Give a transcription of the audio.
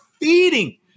feeding